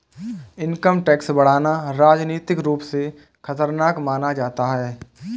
income tax बढ़ाना राजनीतिक रूप से खतरनाक माना जाता है